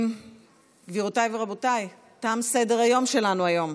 גבירותיי ורבותיי, תם סדר-היום שלנו היום.